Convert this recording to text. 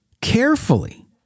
carefully